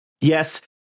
yes